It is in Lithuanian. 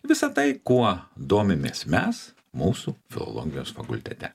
visa tai kuo domimės mes mūsų filologijos fakultete